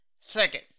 Second